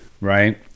right